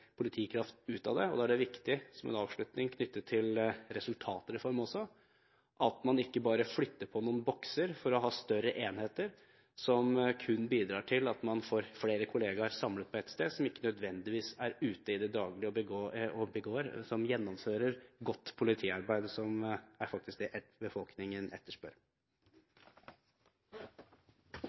man ikke bare flytter på noen bokser for å ha større enheter som kun bidrar til at man får flere kolleger samlet på ett sted, og som ikke nødvendigvis er ute i det daglige og gjennomfører godt politiarbeid. Det er faktisk det befolkningen etterspør.